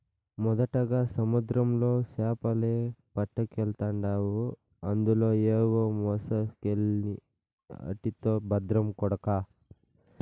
మొదటగా సముద్రంలో సేపలే పట్టకెల్తాండావు అందులో ఏవో మొలసకెల్ని ఆటితో బద్రం కొడకా